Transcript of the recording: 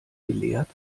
geleert